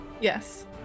Yes